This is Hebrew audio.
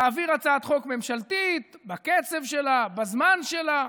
תעביר הצעת חוק ממשלתית בקצב שלה, בזמן שלה,